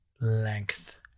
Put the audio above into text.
length